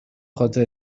خاطر